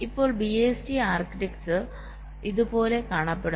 ഇപ്പോൾ BIST architecture ഇതുപോലെ കാണപ്പെടുന്നു